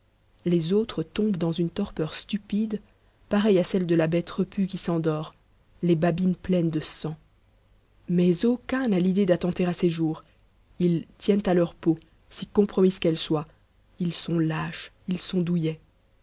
les autres tombent dans une torpeur stupide pareille à celle de la bête repue qui s'endort les babines pleines de sang mais aucun n'a l'idée d'attenter à ses jours ils tiennent à leur peau si compromise qu'elle soit ils sont lâches ils sont douillets